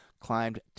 climbed